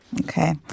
Okay